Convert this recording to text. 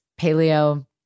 paleo